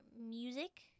music